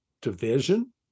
division